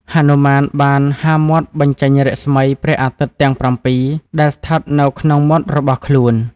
ហនុមានបានហាមាត់បញ្ចេញរស្មីព្រះអាទិត្យទាំង៧ ដែលស្ថិតនៅក្នុងមាត់របស់ខ្លួន។